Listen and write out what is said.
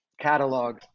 catalog